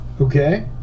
Okay